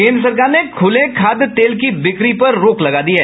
केंद्र सरकार ने खुले खाद्य तेल की बिक्री पर रोक लगा दी है